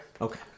Okay